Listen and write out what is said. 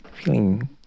feeling